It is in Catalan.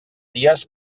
dies